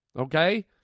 okay